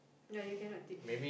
yeah you cannot teach